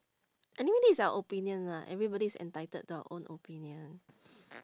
anyway this is our opinion lah everybody is entitled to our own opinion